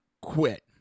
quit